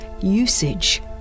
usage